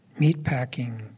meatpacking